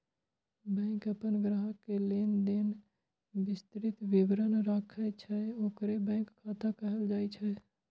bank अपन ग्राहक के लेनदेन के विस्तृत विवरण राखै छै, ओकरे बैंक खाता कहल जाइ छै